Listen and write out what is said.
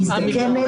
היא מזדקנת,